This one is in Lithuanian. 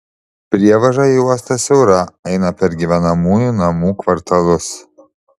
prievaža į uostą siaura eina per gyvenamųjų namų kvartalus